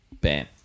Bam